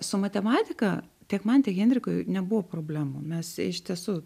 su matematika tiek man tiek henrikui nebuvo problemų mes iš tiesų